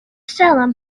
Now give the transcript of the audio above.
salem